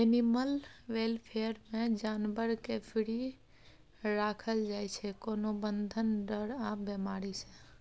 animal welfare मे जानबर केँ फ्री राखल जाइ छै कोनो बंधन, डर आ बेमारी सँ